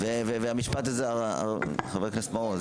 והמשפט הזה, חבר הכנסת מעוז?